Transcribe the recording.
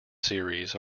series